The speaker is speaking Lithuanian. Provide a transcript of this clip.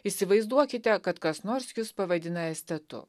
įsivaizduokite kad kas nors jus pavadina estetu